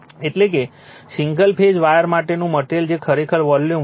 એટલે કે single phase wire માટેનું મટેરીઅલ જે ખરેખર વોલ્યુમ 1